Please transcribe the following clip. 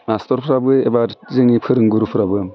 मास्टारफ्राबो एबा जोंनि फोरोंगुरुफोराबो